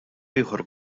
ieħor